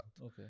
Okay